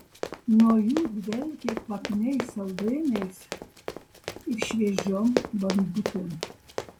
nuo jų dvelkė kvapniais saldainiais ir šviežiom bandutėm